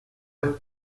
las